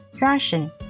Russian